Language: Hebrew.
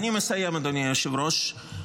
אני מסיים, אדוני היושב-ראש.